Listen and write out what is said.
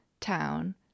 town